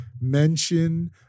mention